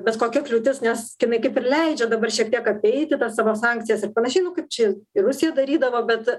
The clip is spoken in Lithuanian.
bet kokia kliūtis nes kinai kaip ir leidžia dabar šiek tiek apeiti tas savo sankcijas ir panašiai nu kaip ir rusija darydavo bet